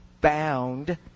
bound